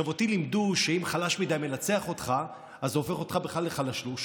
אותי לימדו שאם חלש מדי מנצח אותך אז זה הופך אותך בכלל לחלשלוש.